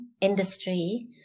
industry